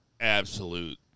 absolute